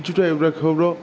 দুটো এবড়ো খেবড়ো